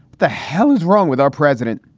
the hell is wrong with our president.